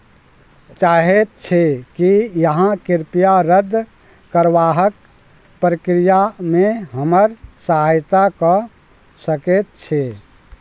चाहैत छी की अहाँ कृपया रद्द करबाक प्रक्रियामे हमर सहायता कऽ सकैत छी